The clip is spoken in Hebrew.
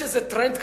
ויש איזה טרנד כזה,